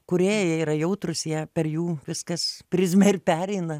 kūrėjai yra jautrūs jie per jų viskas prizmę ir pereina